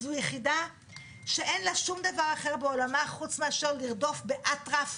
כמו שאמר מנסור עבאס